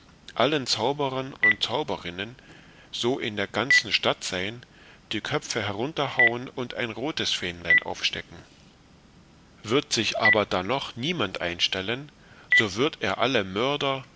allen zauberern und zauberinnen so in der ganzen stadt sein die köpfe herunterhauen und ein rotes fähnlein aufstecken wird sich aber dannoch niemand einstellen so wird er alle mör